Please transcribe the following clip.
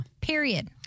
Period